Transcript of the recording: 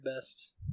best